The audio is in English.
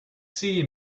see